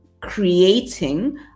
creating